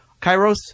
Kairos